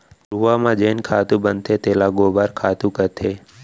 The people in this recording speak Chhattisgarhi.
घुरूवा म जेन खातू बनथे तेला गोबर खातू कथें